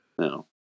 No